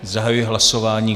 Zahajuji hlasování.